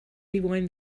rewind